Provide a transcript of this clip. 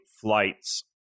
flights